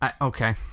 Okay